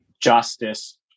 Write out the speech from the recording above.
justice